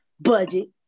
budget